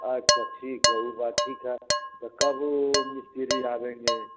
अच्छा ठीक है वह बार ठीक है कब मिस्त्री आएँगे